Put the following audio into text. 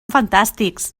fantàstics